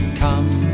come